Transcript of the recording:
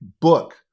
book